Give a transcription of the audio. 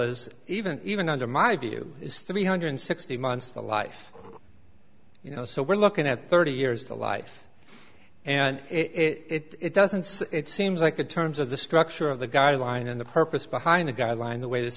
is even even under my view is three hundred sixty months to life you know so we're looking at thirty years to life and it doesn't it seems like the terms of the structure of the guideline and the purpose behind a guideline the way the